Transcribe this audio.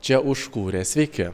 čia užkūrė sveiki